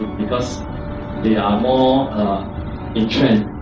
because they are more in trend